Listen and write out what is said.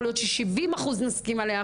יכול להיות ש-70% נסכים עליה,